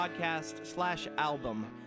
podcast-slash-album